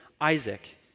Isaac